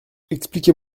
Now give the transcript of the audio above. expliquez